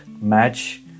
match